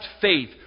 faith